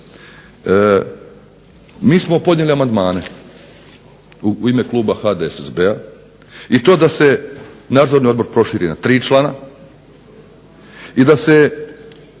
Mi smo podnijeli amandmane u ime kluba HDSSB-a i to da se nadzorni odbor prošili na tri člana i da se